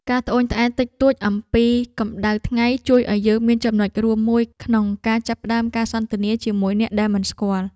ការត្អូញត្អែរតិចតួចអំពីកម្ដៅថ្ងៃជួយឱ្យយើងមានចំណុចរួមមួយក្នុងការចាប់ផ្តើមការសន្ទនាជាមួយអ្នកដែលមិនស្គាល់។